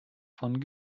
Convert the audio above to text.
von